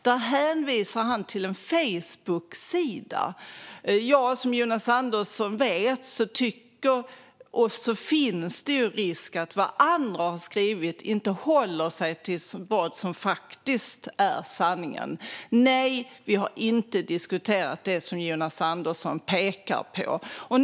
Han hänvisar till en Facebooksida. Som Jonas Andersson vet finns det risk för att andra inte håller sig till vad som faktiskt är sanningen i det de skriver. Nej, vi har inte diskuterat det som Jonas Andersson pekar på.